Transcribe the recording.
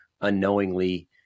unknowingly